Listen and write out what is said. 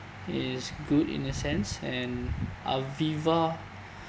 is good in a sense and Aviva